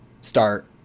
Start